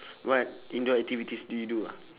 what indoor activities did you do ah